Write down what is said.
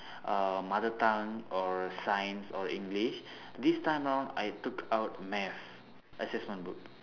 uh mother tongue or science or english this time round I took out math assessment book